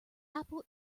apple